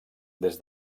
des